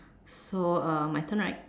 so my turn right